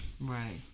Right